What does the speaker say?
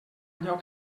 allò